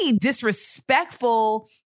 disrespectful